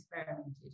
experimented